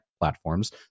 platforms